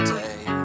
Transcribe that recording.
day